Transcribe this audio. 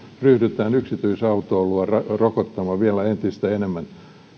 ryhdytään yksityisautoilua rokottamaan vielä entistä enemmän